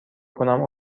کنم